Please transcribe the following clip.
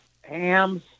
hams